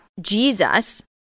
Jesus